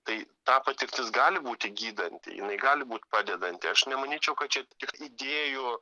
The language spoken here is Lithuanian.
tai ta patirtis gali būti gydanti jinai gali būti padedanti aš nemanyčiau kad čia tik idėjų